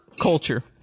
culture